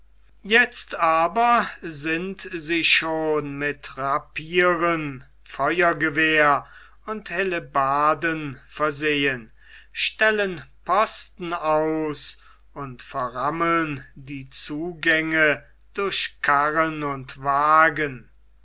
jetzt aber sind sie schon mit rappieren feuergewehr und hellebarden versehen stellen posten aus und verrammeln die zugänge durch karren und wagen